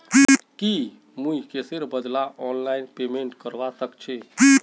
की मुई कैशेर बदला ऑनलाइन पेमेंट करवा सकेछी